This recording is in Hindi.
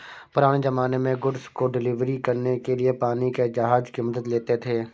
पुराने ज़माने में गुड्स को डिलीवर करने के लिए पानी के जहाज की मदद लेते थे